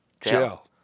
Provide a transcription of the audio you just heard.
jail